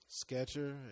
sketcher